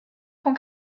com